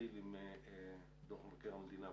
נתחיל עם דוח מבקר המדינה.